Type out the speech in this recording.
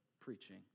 preaching